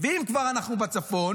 ואם כבר אנחנו בצפון,